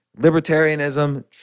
libertarianism